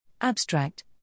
abstract